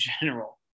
general